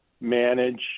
manage